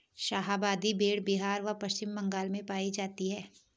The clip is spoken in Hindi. शाहाबादी भेड़ बिहार व पश्चिम बंगाल में पाई जाती हैं